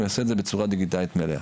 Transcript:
הוא יעשה את זה בצורה דיגיטלית מלאה.